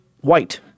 white